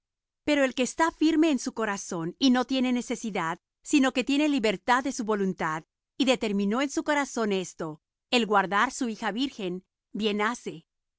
pero el que está firme en su corazón y no tiene necesidad sino que tiene libertad de su voluntad y determinó en su corazón esto el guardar su hija virgen bien hace